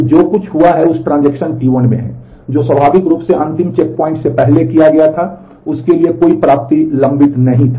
तो जो कुछ हुआ है वह इस ट्रांजेक्शन T1 में है जो स्वाभाविक रूप से अंतिम चेकपॉइंट से पहले किया गया था उसके लिए कोई प्राप्ति लंबित नहीं था